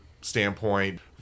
standpoint